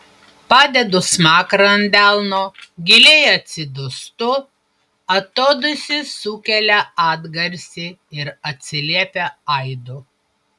padedu smakrą ant delno giliai atsidūstu atodūsis sukelia atgarsį ir atsiliepia aidu